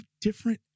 different